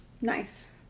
Nice